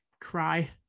cry